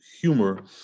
humor